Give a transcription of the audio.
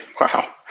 Wow